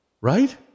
Right